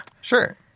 Sure